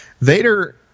Vader